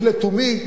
אני לתומי,